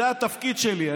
זה התפקיד שלי.